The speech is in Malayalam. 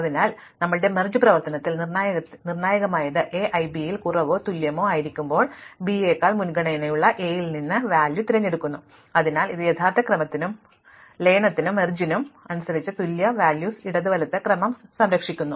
അതിനാൽ ഞങ്ങളുടെ ലയന പ്രവർത്തനത്തിൽ നിർണായകമായത് A i B യിൽ കുറവോ തുല്യമോ ആയിരിക്കുമ്പോൾ B യേക്കാൾ മുൻഗണനയുള്ള A ൽ നിന്ന് മൂലകം തിരഞ്ഞെടുക്കുന്നു അതിനാൽ ഇത് യഥാർത്ഥ ക്രമത്തിനും ഇന്ദ്രിയ ലയനത്തിനും അനുസരിച്ച് തുല്യ മൂലകങ്ങളുടെ ഇടത് വലത് ക്രമം സംരക്ഷിക്കുന്നു